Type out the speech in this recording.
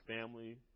family